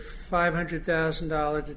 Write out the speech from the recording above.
five hundred thousand dollars